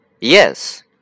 Yes